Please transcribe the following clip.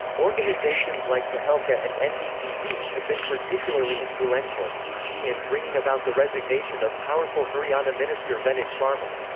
organisations like tehelka and and ndtv have been particularly influential, e g. in bringing about the resignation of powerful haryana minister venod sharma.